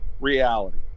reality